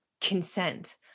consent